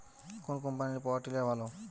কোন কম্পানির power tiller ভালো?